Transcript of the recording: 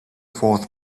fourth